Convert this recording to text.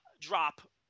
drop